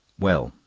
well,